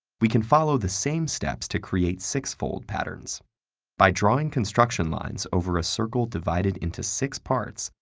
we can follow the same steps to create sixfold patterns by drawing construction lines over a circle divided into six parts,